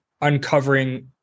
uncovering